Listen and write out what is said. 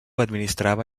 administrava